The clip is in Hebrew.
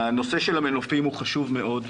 נושא המנופים הוא חושב מאוד,